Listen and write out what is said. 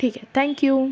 ٹھیک ہے thank you